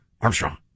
Armstrong